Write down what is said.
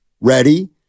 ready